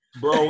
Bro